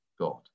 God